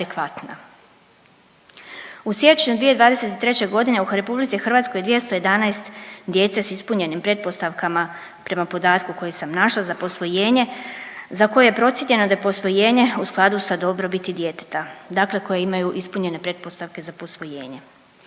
U siječnju 2023.g. u RH 211 djece s ispunjenim pretpostavkama prema podatku koji sam našla za posvojenje za koje je procijenjeno da je posvojenje u skladu sa dobrobiti djeteta, dakle koji imaju ispunjenje pretpostavke za posvojenje.